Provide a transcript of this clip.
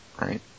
right